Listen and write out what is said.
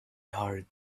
hurried